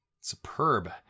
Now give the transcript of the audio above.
Superb